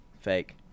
fake